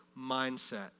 mindset